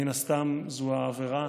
מן הסתם זו העבירה,